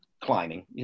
climbing